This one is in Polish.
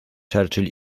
churchill